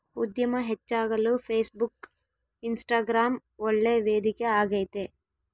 ಉದ್ಯಮ ಹೆಚ್ಚಾಗಲು Facebook, Instagram ಒಳ್ಳೆ ವೇದಿಕೆ ಆಗೈತೆ